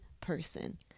person